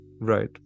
Right